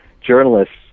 journalists